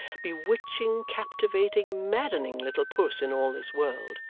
bewitching, captivating, maddening little puss in all this world,